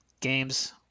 games